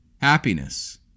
happiness